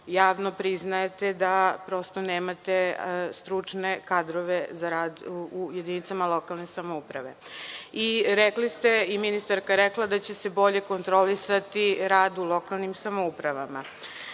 javno priznajete da prosto nemate stručne kadrove za rad u jedinicama lokalne samouprave, i rekli ste i ministarka je rekla da će se bolje kontrolisati rad u lokalnim samoupravama. Sutra